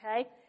okay